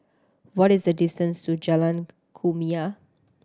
what is the distance to Jalan Kumia